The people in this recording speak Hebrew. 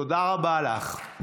תודה רבה לך.